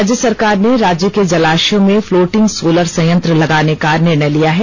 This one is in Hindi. राज्य सरकार ने राज्य के जलाशयों में फ्लोटिंग सोलर संयंत्र लगाने का निर्णय लिया है